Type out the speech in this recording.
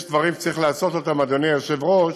יש דברים שצריך לעשות, אדוני היושב-ראש,